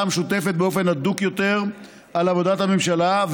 המשותפת באופן הדוק יותר על עבודת הממשלה,